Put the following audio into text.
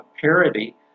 parity